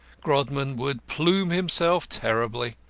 grodman would plume himself terribly.